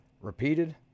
repeated